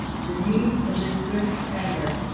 jeanine elizabeth addler